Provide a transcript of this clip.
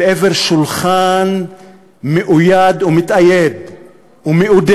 אל עבר שולחן מאויד ומתאייד ומאודה,